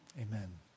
Amen